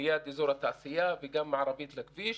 ליד אזור התעשייה, וגם מערבית לכביש.